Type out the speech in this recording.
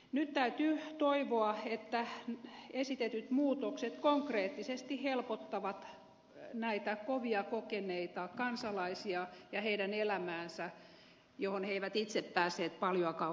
nyt täytyy toivoa että esitetyt muutokset konkreettisesti helpottavat näitä kovia kokeneita kansalaisia ja heidän elämäänsä johon he eivät itse päässeet paljoakaan vaikuttamaan